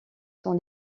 sont